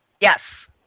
Yes